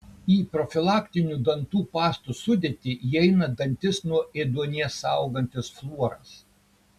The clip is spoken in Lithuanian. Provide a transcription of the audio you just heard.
į profilaktinių dantų pastų sudėtį įeina dantis nuo ėduonies saugantis fluoras